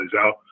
out